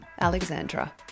alexandra